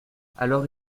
alors